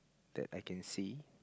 that I can see